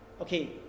Okay